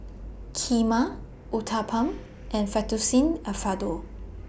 Kheema Uthapam and Fettuccine Alfredo